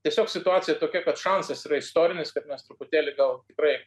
tiesiog situacija tokia kad šansas yra istorinis kad mes truputėlį gal tikrai